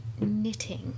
knitting